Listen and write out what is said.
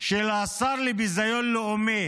של השר לביזיון לאומי